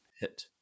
hit